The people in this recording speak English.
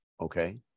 okay